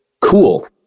cool